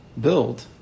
build